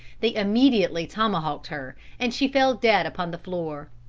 they immediately tomahawked her and she fell dead upon the floor.